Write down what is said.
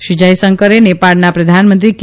શ્રી જયશંકરે નેપાળના પ્રધાનમંત્રી કે